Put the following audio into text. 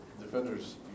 defenders